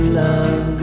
love